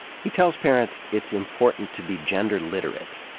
he tells parents it's important to be gender literate,